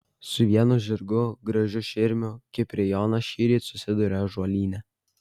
su vienu žirgu gražiu širmiu kiprijonas šįryt susidūrė ąžuolyne